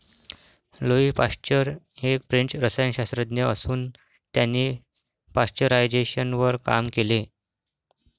Louis Pasteur हे French रसायनशास्त्रज्ञ असून त्यांनी पाश्चरायझेशनवर काम केले